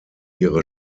ihre